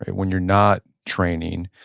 when you're not training.